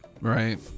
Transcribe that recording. right